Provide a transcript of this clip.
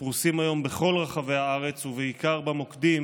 שפרוסים היום בכל רחבי הארץ, ובעיקר במוקדים